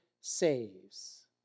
saves